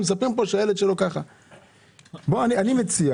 אני מציע